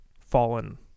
fallen